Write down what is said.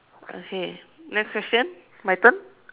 okay next question my turn